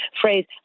phrase—